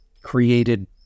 created